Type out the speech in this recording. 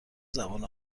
زبان